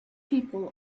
people